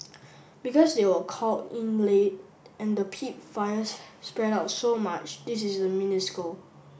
because they were called in late and the peat fires spread out so much this is minuscule